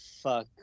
fuck